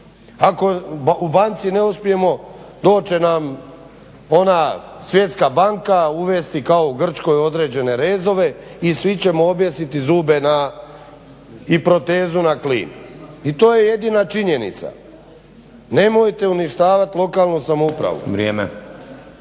ako u banci ne uspijemo doći će nam ona Svjetska banka, uvesti kao u Grčkoj određene rezove i svi ćemo objesiti zube i protezu na klip i to je jedina činjenica. Nemojte uništavat lokalnu samoupravu.